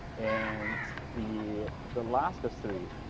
and the the last three,